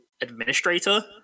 administrator